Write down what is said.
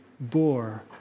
bore